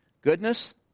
goodness